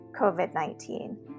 COVID-19